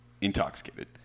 intoxicated